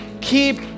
Keep